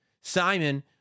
Simon